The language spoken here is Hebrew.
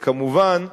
וכמובן,